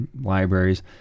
libraries